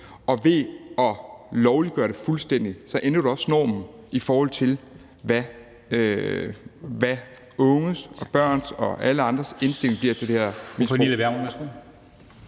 ved at lovliggøre det fuldstændig ændrer man også normen, i forhold til hvad unges og børns og alle andres indstilling bliver til det her